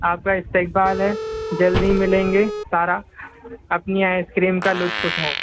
آپ کا استقبال ہے جلد ہی ملیں گے سارا اپنی آئس کریم کا لطف اٹھائیں